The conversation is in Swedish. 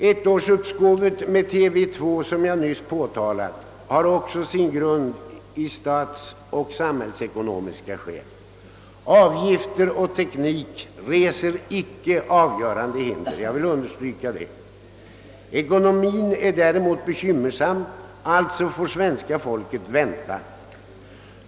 Ettårsuppskovet med TV 2, som jag nyss påtalade, är också motiverat av statsfinansiella och samhällsekonomiska skäl. Kostnader och teknik reser icke avgörande hinder — jag vill understryka det. Ekonomien är däremot bekymmersam; alltså får svenska folket vänta.